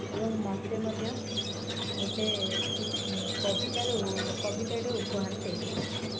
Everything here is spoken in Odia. ଏବଂ ମୋତେ ମଧ୍ୟ ଗୋଟେ କବିତାରେ କବିତାଟେ ଉପହାର ଦେଇଥିଲେ